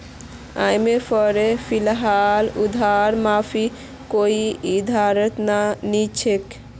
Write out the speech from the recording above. आईएमएफेर फिलहाल उधार माफीर कोई इरादा नी छोक